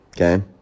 okay